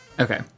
okay